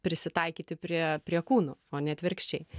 prisitaikyti prie prie kūno o ne atvirkščiai